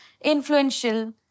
influential